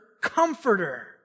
comforter